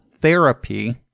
Therapy